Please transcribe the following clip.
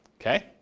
Okay